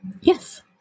Yes